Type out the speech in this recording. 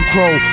Crow